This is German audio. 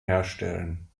herstellen